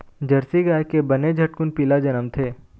Jersey गाय के बने झटकुन पिला जनमथे